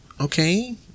Okay